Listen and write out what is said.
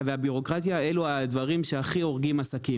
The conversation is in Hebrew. והבירוקרטיה אלו הדברים שהכי הורגים עסקים.